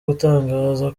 gutangaza